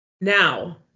Now